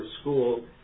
school